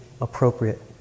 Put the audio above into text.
appropriate